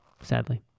sadly